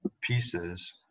pieces